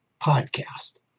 podcast